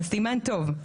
זה סימן טוב.